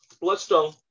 Bloodstone